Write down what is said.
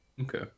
Okay